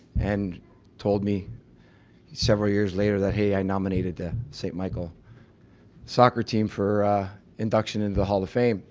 and told me several years later that hey i nominated the st michael soccer team for induction into the hall of fame.